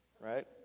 right